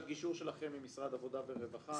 גישור שלכם עם משרד העבודה והרווחה,